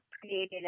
created